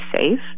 safe